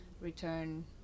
return